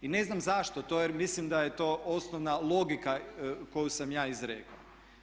I ne znam zašto jer mislim da je to osnovna logika koju sam ja izrekao.